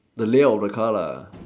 the layout of the car lah